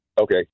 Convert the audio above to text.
Okay